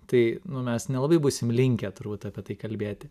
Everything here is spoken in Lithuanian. tai nu mes nelabai būsim linkę turbūt apie tai kalbėti